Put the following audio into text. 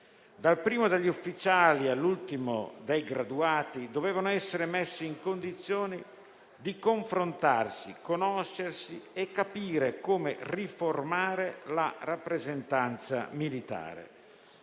Dal primo degli ufficiali all'ultimo dei graduati, dovevano essere messi tutti in condizione di confrontarsi, conoscersi e capire come riformare la rappresentanza militare.